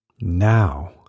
now